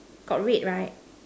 got red right